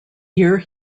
year